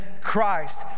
Christ